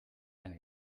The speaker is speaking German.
eine